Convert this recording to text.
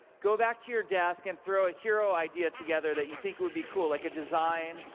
go back to your desk and throw a hero idea together that you think would be cool, like, a design,